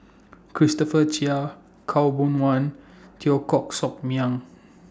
Christopher Chia Khaw Boon Wan Teo Koh Sock Miang